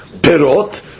perot